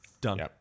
Done